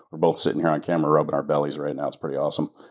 we're both sitting here on camera rubbing our bellies right now, it's pretty awesome.